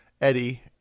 Eddie